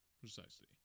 Precisely